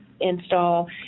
install